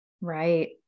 Right